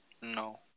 No